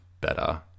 better